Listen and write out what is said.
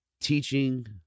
teaching